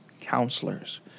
counselors